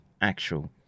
actual